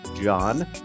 John